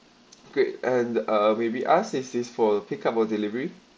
great and uh may we ask is this for pickup or delivery